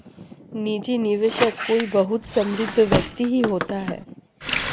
निजी निवेशक कोई बहुत समृद्ध व्यक्ति ही होता है